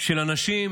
של אנשים